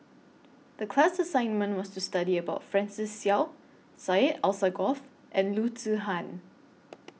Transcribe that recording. The class assignment was to study about Francis Seow Syed Alsagoff and Loo Zihan